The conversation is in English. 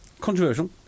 controversial